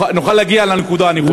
נוכל להגיע לנקודה הנכונה.